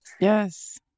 yes